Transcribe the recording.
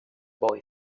boy